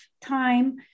time